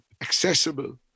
accessible